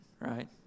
right